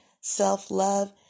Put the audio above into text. self-love